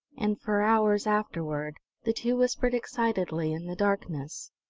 and for hours afterward the two whispered excitedly in the darkness.